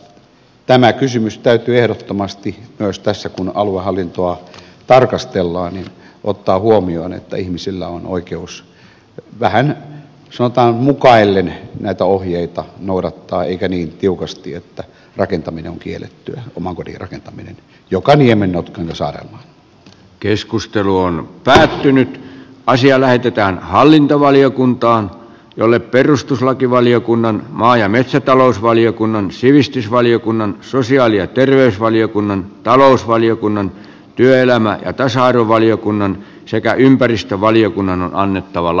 tämä kysymys täytyy ehdottomasti myös tässä kun aluehallintoa tarkastellaan ottaa huomioon että ihmisillä on oikeus vähän sanotaan mukaillen näitä ohjeita noudattaa eikä niin tiukasti että rakentaminen oman kodin rakentaminen on päätynyt asia lähetetään hallintova liokuntaan jolle perustuslakivaliokunnan maa ja metsätalousvaliokunnan sivistysvaliokunnan sosiaali kiellettyä joka niemeen notkoon ja tasa arvovaliokunnan sekä ympäristövaliokunnan on annettava saarelmaan